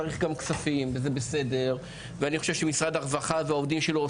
צריך גם כספים וזה בסדר ואני חושב שמשרד הרווחה והעובדים שלו,